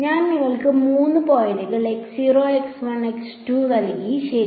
ഞാൻ നിങ്ങൾക്ക് മൂന്ന് പോയിന്റുകൾ നൽകി ശരി